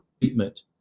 treatment